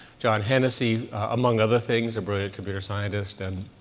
john hennessy, among other things, a brilliant computer scientist, and